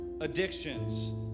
addictions